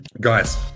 guys